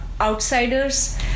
outsiders